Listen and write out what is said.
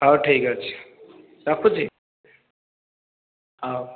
ହେଉ ଠିକ ଅଛି ରଖୁଛି ହେଉ